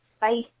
Bye